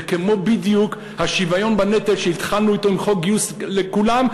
זה כמו בדיוק השוויון בנטל שהתחלנו אותו עם חוק גיוס לכולם,